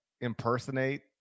impersonate